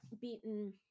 beaten